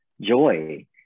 joy